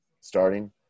starting